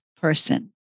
person